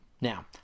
Now